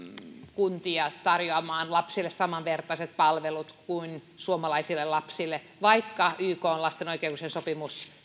kuntia tarjoamaan näille lapsille samanvertaiset palvelut kuin suomalaisille lapsille vaikka ykn lapsen oikeuksien sopimuksen